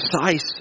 precise